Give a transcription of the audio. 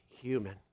human